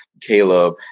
Caleb